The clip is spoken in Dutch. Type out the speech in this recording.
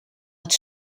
het